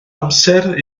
amser